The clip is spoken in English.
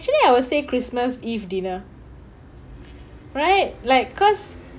actually I will say christmas eve dinner right like cause